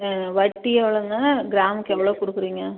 ஆ வட்டி எவ்வளோங்க கிராமுக்கு எவ்வளோ கொடுக்குறீங்க